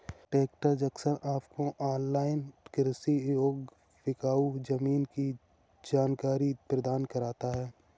tractor junction आपको online कृषि योग्य बिकाऊ जमीन की जानकारी प्रदान करता है